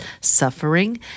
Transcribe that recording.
suffering